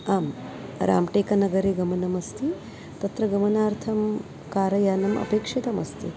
आं राम्टेकनगरे गमनमस्ति तत्र गमनार्थं कारयानम् अपेक्षितमस्ति